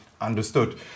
understood